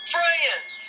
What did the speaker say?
Friends